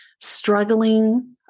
struggling